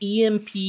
EMP